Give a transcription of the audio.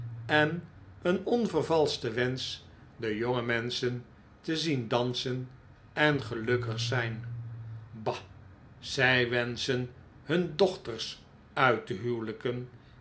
en een onvervalschte wensch de jonge menschen te zien dansen en gelukkig zijn bah zij wenschen hun dochters uit te huwelijken